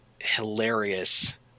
hilarious